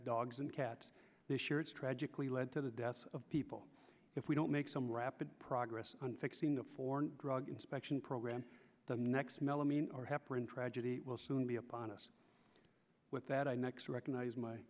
dogs and cats this year it's tragically led to the deaths of people if we don't make some rapid progress on fixing the foreign drug inspection program the next melamine or heparin tragedy will soon be upon us with that i next recognize my